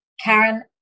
Karen